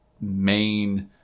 main